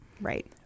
Right